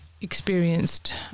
experienced